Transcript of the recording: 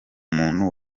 muntu